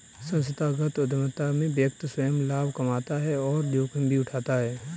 संस्थागत उधमिता में व्यक्ति स्वंय लाभ कमाता है और जोखिम भी उठाता है